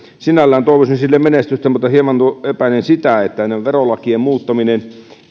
sinällään toivoisin menestystä mutta hieman epäilen sitä että verolakien muuttaminen